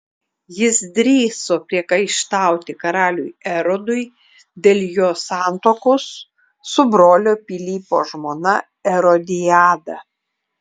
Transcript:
jis drįso priekaištauti karaliui erodui dėl jo santuokos su brolio pilypo žmona erodiada